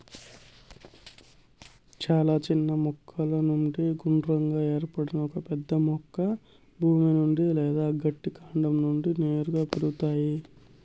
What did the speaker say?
చాలా చిన్న కొమ్మల నుండి గుండ్రంగా ఏర్పడిన ఒక పెద్ద మొక్క భూమి నుండి లేదా గట్టి కాండం నుండి నేరుగా పెరుగుతాది